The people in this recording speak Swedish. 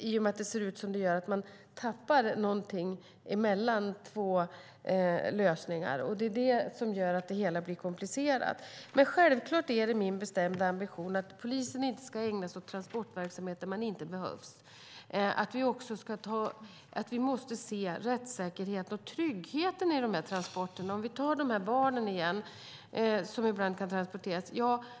I och med att det ser ut som det gör är det lätt att man tappar någonting mellan två lösningar. Det är det som gör att det hela blir komplicerat. Självklart är det min bestämda ambition att polisen inte ska ägna sig åt transportverksamhet när man inte behövs och att vi ska se till rättssäkerheten och tryggheten i de här transporterna. Låt oss ta barnen som exempel igen.